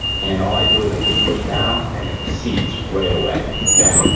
and all i do is i just push down and it seats right away, okay.